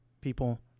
people